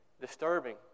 disturbing